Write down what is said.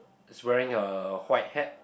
is wearing a white hat